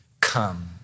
Come